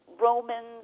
Romans